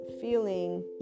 feeling